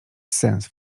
sens